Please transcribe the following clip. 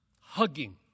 hugging